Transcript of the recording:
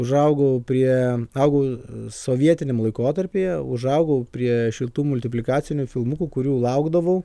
užaugau prie augau sovietiniam laikotarpyje užaugau prie šitų multiplikacinių filmukų kurių laukdavau